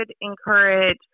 encourage